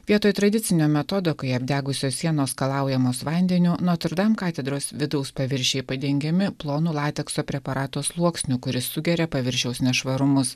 vietoj tradicinio metodo kai apdegusios sienos skalaujamos vandeniu notrdam katedros vidaus paviršiai padengiami plonu latekso preparato sluoksniu kuris sugeria paviršiaus nešvarumus